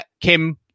Kim